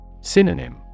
Synonym